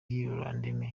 lendemain